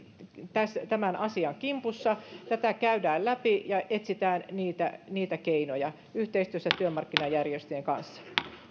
tämän asian kimpussa tätä käydään läpi ja etsitään niitä niitä keinoja yhteistyössä työmarkkinajärjestöjen kanssa